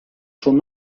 schon